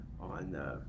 on